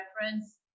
reference